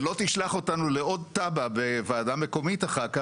ולא תשלח אותנו לעוד תב"ע בוועדה מקומית אחר כך,